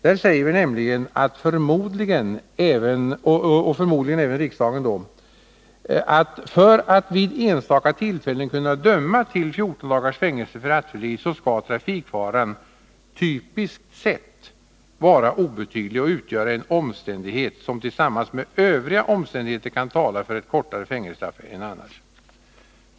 Där säger vi nämligen — och förmodligen även riksdagen om en stund — att för att man vid enstaka tillfällen skall kunna döma till 14 dagars fängelse för rattfylleri skall trafikfaran — typiskt sett — vara obetydlig och utgöra en omständighet som tillsammans med övriga omständigheter kan tala för ett kortare fängelsestraff än annars.